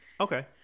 Okay